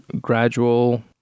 gradual